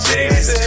Jesus